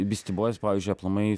beastie boys pavyzdžiui aplamai